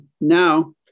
now